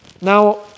now